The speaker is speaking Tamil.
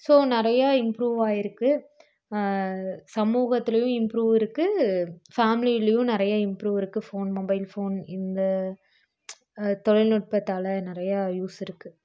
ஸோ நிறையா இம்ப்ரூவ் ஆயிருக்கு சமூகத்துலையும் இம்ப்ரூவ் இருக்கு ஃபேம்லிலையும் நிறைய இம்ப்ரூவ் இருக்கு ஃபோன் மொபைல் ஃபோன் இந்த தொழில்நுட்பத்தால் நிறையா யூஸ் இருக்கு